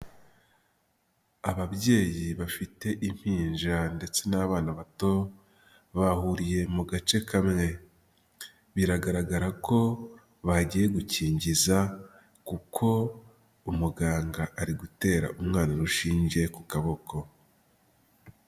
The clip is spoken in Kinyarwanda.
Ababyeyi bafite impinja ndetse n'abana bato, bahuriye mu gace kamwe. Biragaragara ko bagiye gukingiza kuko umuganga ari gutera umwana urushinge ku kaboko.